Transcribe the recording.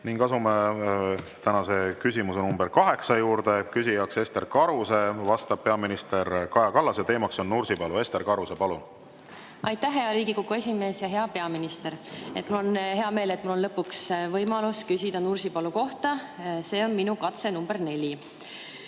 palun! Asume tänase kaheksanda küsimuse juurde. Küsib Ester Karuse, vastab peaminister Kaja Kallas ja teema on Nursipalu. Ester Karuse, palun! Aitäh, hea Riigikogu esimees! Hea peaminister! Mul on hea meel, et mul on lõpuks võimalus küsida Nursipalu kohta. See on minu katse nr 4.